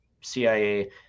CIA